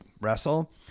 wrestle